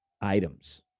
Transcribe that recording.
items